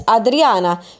Adriana